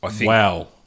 Wow